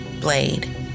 Blade